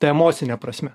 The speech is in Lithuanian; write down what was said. ta emocine prasme